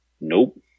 Nope